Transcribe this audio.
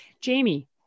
Jamie